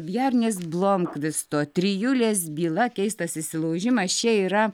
bjernės blomkvisto trijulės byla keistas įsilaužimas čia yra